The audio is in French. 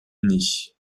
unit